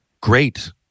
great